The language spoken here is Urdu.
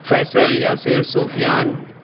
فیصل یاسر صوفیان